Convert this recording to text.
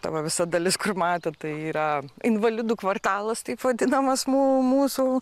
ta va visa dalis kur matot tai yra invalidų kvartalas taip vadinamas mū mūsų